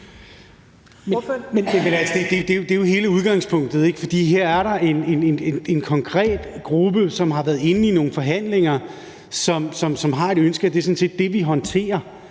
det er jo hele udgangspunktet, for her er der en konkret gruppe, som har været inde i nogle forhandlinger, og som har et ønske. Det er sådan